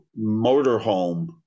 motorhome